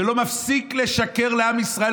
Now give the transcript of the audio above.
שלא מפסיק לשקר לעם ישראל,